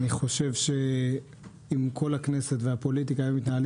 אני חושב שאם כל הכנסת והפוליטיקה היו מתנהלים